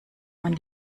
man